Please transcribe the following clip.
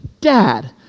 dad